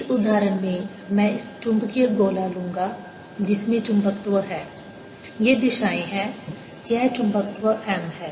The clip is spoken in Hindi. इस उदाहरण में मैं इस चुम्बकीय गोला लूंगा जिसमें चुंबकत्व है ये दिशाएँ हैं यह चुंबकत्व M है